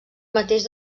mateix